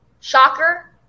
Shocker